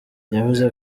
yavuze